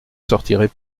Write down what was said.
sortirez